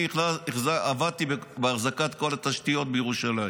אני עבדתי בהחזקת כל התשתיות בירושלים